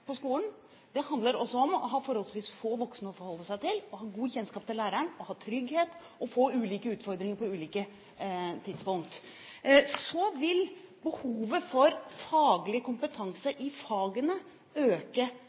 på skolen, handler også om å ha forholdsvis få voksne å forholde seg til, ha god kjennskap til læreren, ha trygghet og å få ulike utfordringer på ulike tidspunkt. Så vil behovet for faglig